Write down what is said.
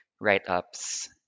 write-ups